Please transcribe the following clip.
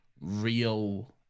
real